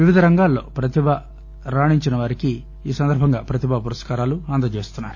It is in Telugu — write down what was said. వివిధ రంగాల్లో ప్రతిభ రాణించిన వారికి ఈ సందర్భంగా ప్రతిభా పురస్కారాలు అందజేస్తున్నారు